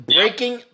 Breaking